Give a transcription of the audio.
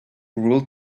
ruled